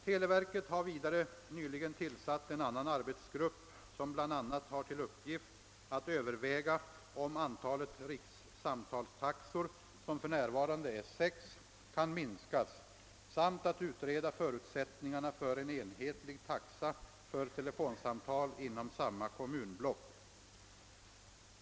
Televerket har vidare nyligen tillsatt en annan arbetsgrupp som bl.a. har till uppgift att överväga om antalet rikssamtalstaxor, som för närvarande är sex, kan minskas samt att utreda förutsättningarna för en enhetlig taxa för telefonsamtal inom samma kommunblock.